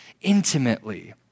intimately